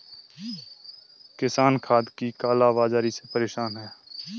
किसान खाद की काला बाज़ारी से परेशान है